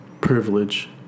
privilege